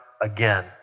again